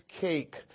cake